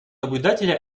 наблюдателя